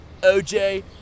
OJ